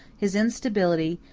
his instability,